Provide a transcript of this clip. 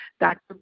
Dr